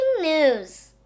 news